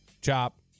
chop